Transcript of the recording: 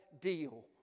deal